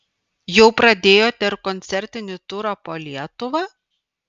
jau pradėjote ir koncertinį turą po lietuvą